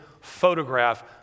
photograph